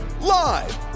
live